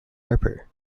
harper